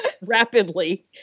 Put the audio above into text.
rapidly